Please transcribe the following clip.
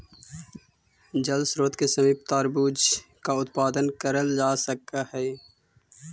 जल स्रोत के समीप तरबूजा का उत्पादन कराल जा हई